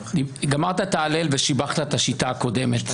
גמרת את ההלל ושיבחת את השיטה הקודמת,